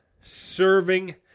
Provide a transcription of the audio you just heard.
serving